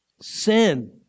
sin